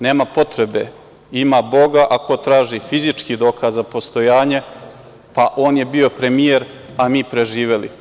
Nema potrebe, ima boga, a ako traži fizički dokaz za postojanje, pa, on je bio premijer a mi preživeli.